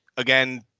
again